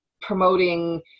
promoting